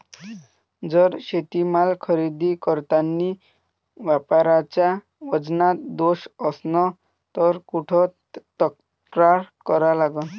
जर शेतीमाल खरेदी करतांनी व्यापाऱ्याच्या वजनात दोष असन त कुठ तक्रार करा लागन?